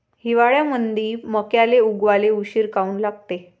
हिवाळ्यामंदी मक्याले उगवाले उशीर काऊन लागते?